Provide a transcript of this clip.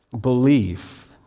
belief